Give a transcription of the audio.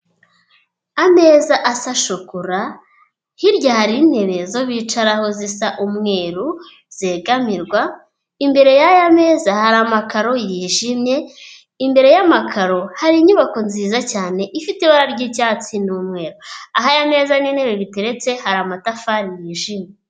Ameza asa shokora, hirya hari intebe zo bicaraho zisa umweru zegamirwa, imbere y'aya meza hari amakaro yijimye, imbere y'amakaro hari inyubako nziza cyane ifite ibara ry'icyatsi n'umweru. Aho aya meza n'intebe biteretse hari amatafari yijimye.